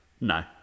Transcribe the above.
No